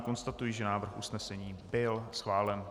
Konstatuji, že návrh usnesení byl schválen.